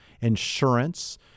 insurance